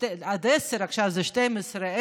עכשיו זה 12,